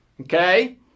Okay